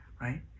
Right